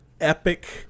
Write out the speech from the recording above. epic